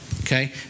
Okay